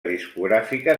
discogràfica